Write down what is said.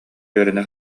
үөрэнэ